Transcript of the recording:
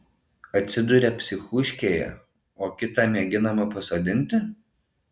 atsiduria psichuškėje o kitą mėginama pasodinti